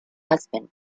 husband